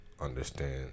understand